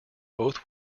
both